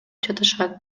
жатышат